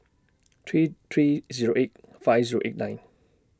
three three Zero eight five Zero eight nine